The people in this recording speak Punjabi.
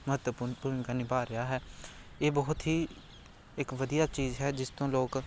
ਮਹੱਤਵਪੂਰਨ ਭੂਮਿਕਾ ਨਿਭਾ ਰਿਹਾ ਹੈ ਇਹ ਬਹੁਤ ਹੀ ਇੱਕ ਵਧੀਆ ਚੀਜ਼ ਹੈ ਜਿਸ ਤੋਂ ਲੋਕ